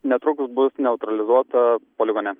netrukus bus neutralizuota poligone